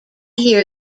year